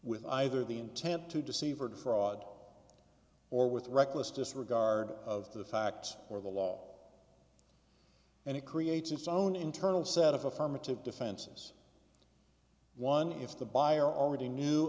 with either the intent to deceive or defraud or with reckless disregard of the facts or the law and it creates its own internal set of affirmative defenses one if the buyer already knew